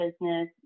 business